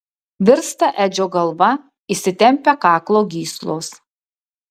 virsta edžio galva įsitempia kaklo gyslos